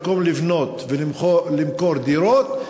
במקום לבנות ולמכור דירות,